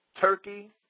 Turkey